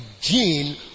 gene